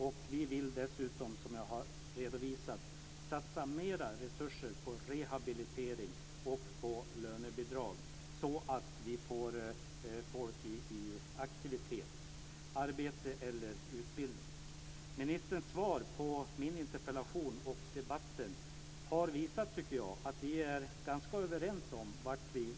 Och vi vill dessutom som jag har redovisat satsa mer resurser på rehabilitering och på lönebidrag, så att vi får människor i aktivitet, arbete eller utbildning. Ministerns svar på min interpellation och debatten tycker jag har visat att vi är ganska överens om vart vi ska.